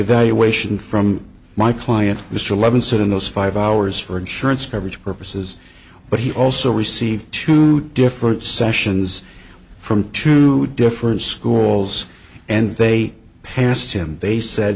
evaluation from my client mr levinson in those five hours for insurance coverage purposes but he also received two different sessions from two different schools and they passed him they said